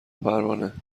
پروانه